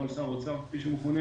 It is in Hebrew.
נוהל שר אוצר כפי שהוא מכונה,